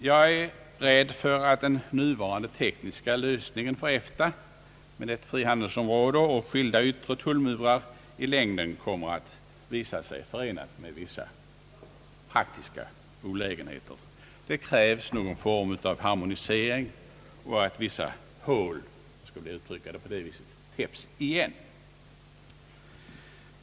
Jag är rädd för att den nuvarande tekniska lösningen för EFTA med ett frihandelsområde och skilda yttre tullmurar i längden kommer att visa sig förenad med vissa praktiska olägenheter. Det krävs någon form av harmonisering och att vissa hål täpps igen.